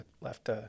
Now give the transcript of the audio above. left